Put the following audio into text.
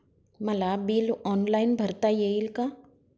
मला bill online भरता येईल का?